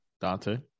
Dante